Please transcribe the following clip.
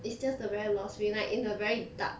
it's just a very lost feeling like in a very dark